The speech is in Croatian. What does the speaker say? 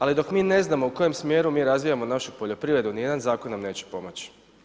Ali dok mi ne znam u kojem smjeru mi razvijamo našu poljoprivredu ni jedan zakon nam neće pomoći.